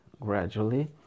Gradually